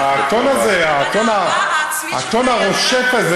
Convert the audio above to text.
קצת צניעות אתה, סליחה, עם כל התקציבים שלך.